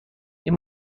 این